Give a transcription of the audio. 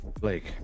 Blake